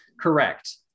Correct